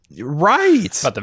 Right